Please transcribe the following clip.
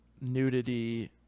nudity